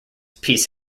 peace